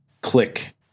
click